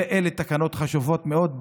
אלה תקנות חשובות מאוד.